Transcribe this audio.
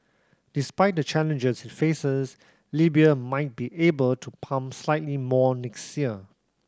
despite the challenges it faces Libya might be able to pump slightly more next year